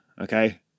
Okay